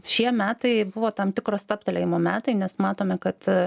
šie metai buvo tam tikro stabtelėjimo metai nes matome kad